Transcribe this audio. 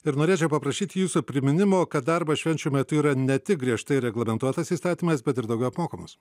ir norėčiau paprašyti jūsų priminimo kad darbas švenčių metu yra ne tik griežtai reglamentuotas įstatymais bet ir daugiau apmokamos